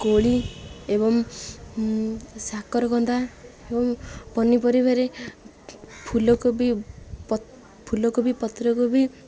କୋଳି ଏବଂ ସାକରଗନ୍ଧା ଏବଂ ପନିପରିବାରେ ଫୁଲକୋବି ଫୁଲକୋବି ପତରକୋବି